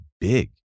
big